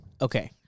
Okay